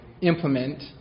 implement